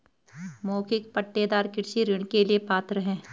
मौखिक पट्टेदार कृषि ऋण के लिए पात्र हैं